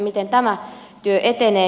miten tämä työ etenee